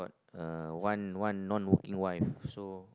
uh one one non working wife so